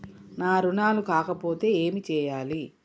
నా రుణాలు కాకపోతే ఏమి చేయాలి?